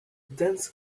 dense